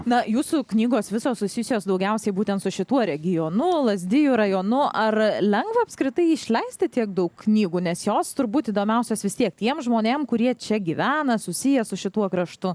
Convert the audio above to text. na jūsų knygos visos susijusios daugiausiai būtent su šituo regionu lazdijų rajonu ar lengva apskritai išleisti tiek daug knygų nes jos turbūt įdomiausios vis tiek tiem žmonėm kurie čia gyvena susiję su šituo kraštu